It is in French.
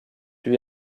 lui